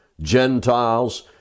Gentiles